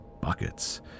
buckets